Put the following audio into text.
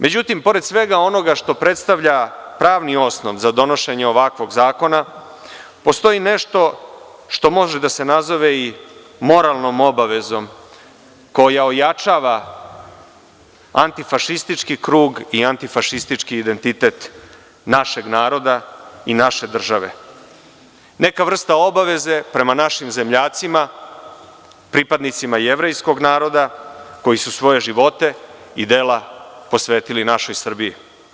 Međutim, pored svega onoga što predstavlja pravni osnov za donošenje ovakvog zakona, postoji nešto što može da se nazove i moralnom obavezom koja ojačava antifašistički krug i antifašistički identitet našeg naroda i naše države, neka vrsta obaveze prema našim zemljacima, pripadnicima jevrejskog naroda, koji su svoje živote i dela posvetili našoj Srbiji.